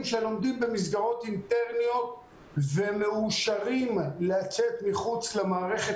שלומדים במסגרות אינטרניות ומאושרים לצאת מחוץ למערכת